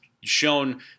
shown